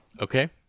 okay